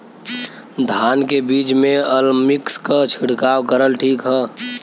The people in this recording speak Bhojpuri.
धान के बिज में अलमिक्स क छिड़काव करल ठीक ह?